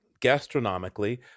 gastronomically